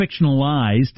fictionalized